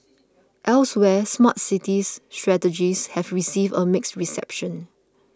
elsewhere Smart City strategies have received a mixed reception